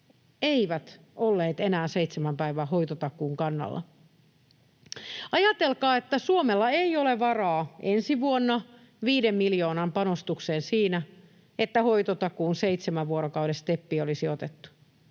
eivät olleet enää seitsemän päivän hoitotakuun kannalla. Ajatelkaa, että Suomella ei ole varaa ensi vuonna viiden miljoonan panostukseen siinä, että hoitotakuun seitsemän vuorokauden steppi olisi otettu.